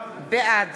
בעד